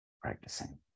practicing